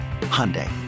Hyundai